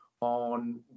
On